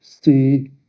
See